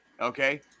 okay